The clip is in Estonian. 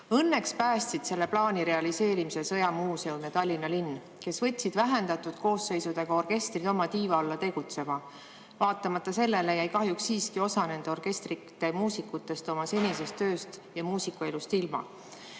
Õnneks päästsid selle plaani realiseerumisest sõjamuuseum ja Tallinna linn, kes võtsid vähendatud koosseisudega orkestrid oma tiiva alla tegutsema. Vaatamata sellele jäi kahjuks siiski osa nende orkestrite muusikutest oma senisest tööst ja muusikuelust ilma.